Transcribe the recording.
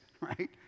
right